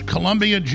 Columbia